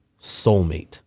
soulmate